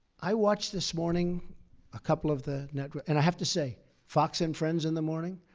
i watched this morning a couple of the networks, and i have to say fox and friends in the morning,